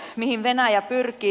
mihin venäjä pyrkii